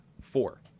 four